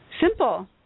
simple